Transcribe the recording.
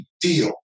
deal